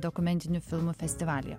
dokumentinių filmų festivalyje